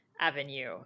avenue